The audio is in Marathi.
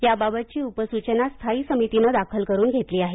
याबाबतची उपसुचना स्थायी समितीनं दाखल करून घेतली आहे